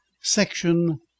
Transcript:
section